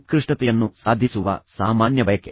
ಉತ್ಕೃಷ್ಟತೆಯನ್ನು ಸಾಧಿಸುವ ಸಾಮಾನ್ಯ ಬಯಕೆ